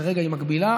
כרגע היא מגבילה.